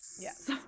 Yes